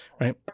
Right